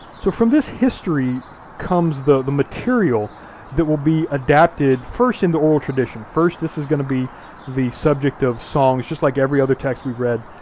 so from this history comes the the material that will be adapted, first in the oral tradition, first this is gonna be the subject of songs, just like every other text we've read.